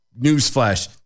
newsflash